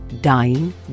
dying